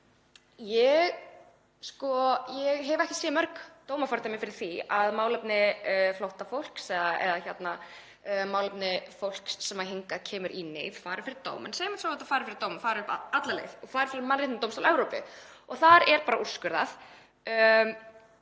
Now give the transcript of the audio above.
Ég hef ekki séð mörg dómafordæmi fyrir því að málefni flóttafólks eða málefni fólks sem hingað kemur í neyð fari fyrir dóm. En segjum svo að þetta fari fyrir dóm og fari alla leið og fari fyrir Mannréttindadómstól Evrópu. Þar er bara úrskurðað